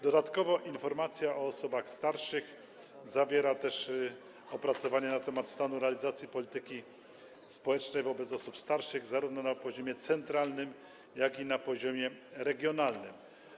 Dodatkowo informacja o sytuacji osób starszych zawiera opracowanie na temat stanu realizacji polityki społecznej wobec osób starszych zarówno na poziomie centralnym, jak i na poziomie regionalnym.